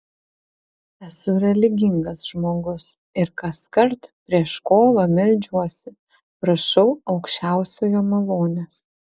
esu religingas žmogus ir kaskart prieš kovą meldžiuosi prašau aukščiausiojo malonės